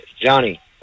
Johnny